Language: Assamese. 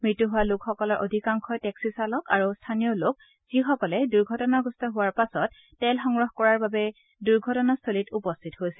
মৃত্যু হোৱা লোকসকলৰ অধিকাংশই টেক্সি চালক আৰু স্থানীয় লোক যিসকলে দুৰ্ঘটনাগ্ৰস্ত হোৱাৰ পাছত তেল সংগ্ৰহ কৰাৰ বাবে দুৰ্ঘটনাস্থলিত উপস্থিত হৈছিল